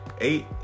eight